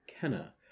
Kenna